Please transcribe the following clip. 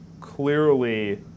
clearly